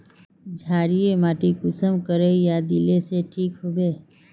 क्षारीय माटी कुंसम करे या दिले से ठीक हैबे?